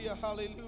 hallelujah